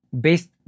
Based